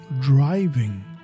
driving